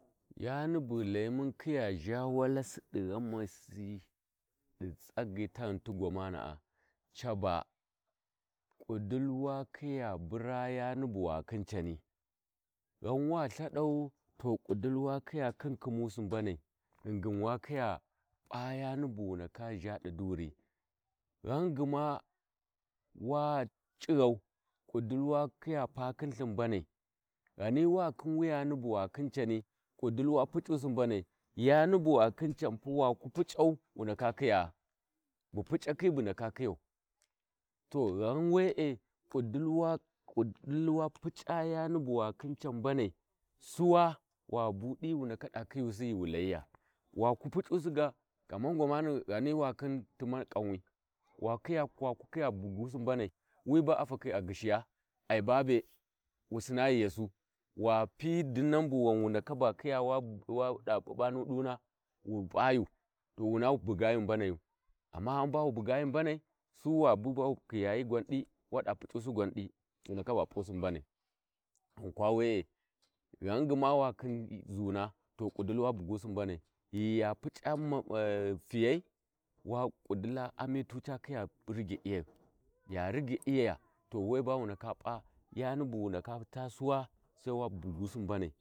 ﻿Yani bu ghu layi mun khiya zha walasi di ghamasi di tsagyi taghum ti gwamana’a Caba ƙudilli wa kiya bura yani bu wa khin cani ghan Wa Ithadau Ho ƙudili wa Khiya Khin Khumusi mbanai ghingin wa Khiya p’a yani bu wa ndaka Khiya zha di duri, ghan gma wa c’ighau ƙudili wa khiya pa khin lthin mbanai ghani wa ghikhin yani bu wa khin cani ƙudili wa puc’usi mbanai yani bu wa Khin can pu waku puc’au wu ndaka Khiya, ba puc’akhi bu ndaka khiyau to ghau we’e ƙuddili wa pu’c’a yani bu wakhin can mbanai Suwa wa budi wu ndaka khiyusi ghiwa layiyo waku puc’usi ga kamar gwaman wakhin timmau kau wi waku kiya bugu mbanai wi ba a ghishiya ai ba be wu sinna ghiyasu wa pi dinna bu wau wu ndaka khiya wa da ɓuɓɓa na duna wu p’ayo to wuna wu bugayu amma ghan bawu bugayi mbanai su wa bu bawu khiyayi gwandi wada p’uc’usi gwandi wu ndaka ga p’usi mbanai ghaukwa wee ghan gma wa khin zuna to ƙudili wa bugusi mbanai ghi ya puc’a tiyai wa ƙudilla amito ca kiya wakhiya riggau ya rigyaiya wu ndaka p’a yani bu wu ndaka taa suwa sai wa bughusi mbanai.